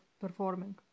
performing